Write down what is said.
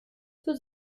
für